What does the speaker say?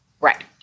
Right